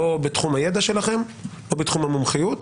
לא בתחום הידע שלכם או בתחום המומחיות,